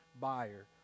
buyer